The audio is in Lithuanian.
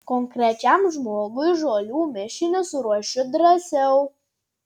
konkrečiam žmogui žolių mišinius ruošiu drąsiau